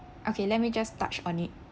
okay let me just touch on it